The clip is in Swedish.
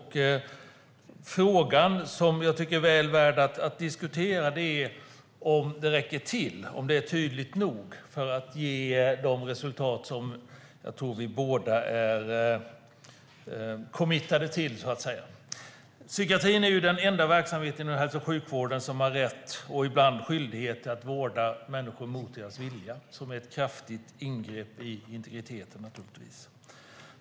Den fråga som jag tycker är väl värd att diskutera är om det räcker till och om det är tydligt nog för att ge de resultat som jag tror att vi båda är "committade" till, så att säga. Psykiatrin är den enda verksamheten inom hälso och sjukvården som har rätt och ibland skyldighet att vårda människor mot deras vilja, vilket naturligtvis är ett kraftigt ingrepp i integriteten.